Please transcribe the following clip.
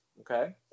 okay